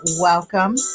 Welcome